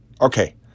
Okay